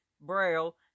Braille